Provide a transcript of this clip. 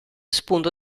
spunto